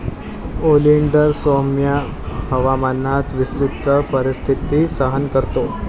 oleander सौम्य हवामानात विस्तृत परिस्थिती सहन करतो